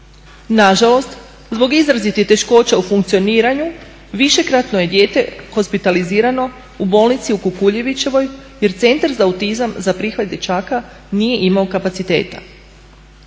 Nažalost, zbog izrazitih teškoća u funkcioniranju višekratno je dijete hospitalizirano u bolnici u Kukuljevićevoj jer Centar za autizam za prihvat dječaka nije imao kapaciteta.